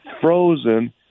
frozen